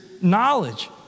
knowledge